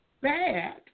bad